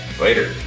Later